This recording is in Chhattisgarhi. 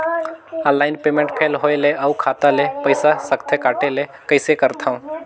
ऑनलाइन पेमेंट फेल होय ले अउ खाता ले पईसा सकथे कटे ले कइसे करथव?